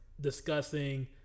discussing